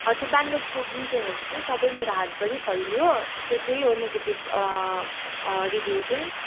त्यो ब्याङ्गल्सको ग्लिटरहरू चाहिँ सबै मेरो हातभरि फैलियो सो त्यही हो नेगेटिभ रिभ्यु चाहिँ